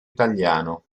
italiano